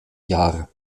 jahre